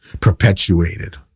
perpetuated